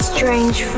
Strange